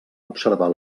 observar